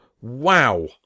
Wow